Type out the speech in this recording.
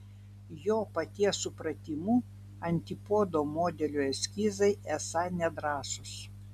jo paties supratimu antipodo modelio eskizai esą nedrąsūs